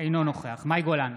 אינו נוכח מאי גולן,